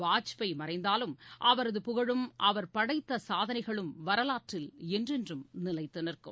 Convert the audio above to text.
வாஜ்பாய் மறைந்தாலும் அவரது புகழும் அவர் படைத்த சாதனைகளும் வரலாற்றில் என்றென்றும் நிலைத்து நிற்கும்